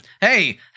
Hey